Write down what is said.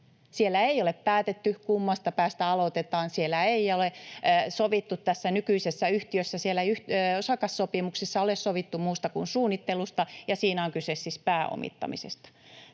Siellä ei ole päätetty kummasta päästä aloitetaan. Tässä nykyisessä yhtiössä osakassopimuksissa ei ole sovittu muusta kuin suunnittelusta, ja siinä on kyse siis pääomittamisesta.